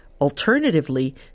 Alternatively